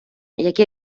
яке